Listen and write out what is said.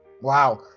Wow